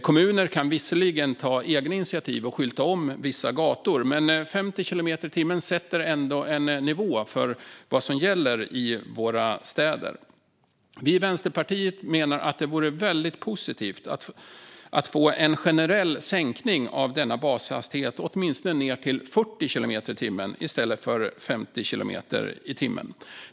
Kommuner kan visserligen ta egna initiativ och skylta om vissa gator, men 50 kilometer i timmen sätter ändå en nivå för vad som gäller i våra städer. Vänsterpartiet menar att det vore väldigt positivt att få en generell sänkning av denna bashastighet, åtminstone ned till 40 kilometer i timmen i stället för 50 kilometer i timmen.